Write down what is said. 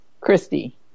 Christy